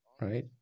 right